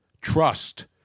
trust